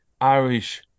irish